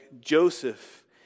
Joseph